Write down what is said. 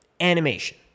Animation